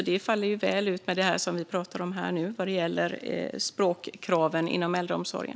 Det hänger ju väl ihop med det som vi pratar om nu vad gäller språkkraven inom äldreomsorgen.